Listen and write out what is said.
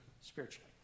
spiritually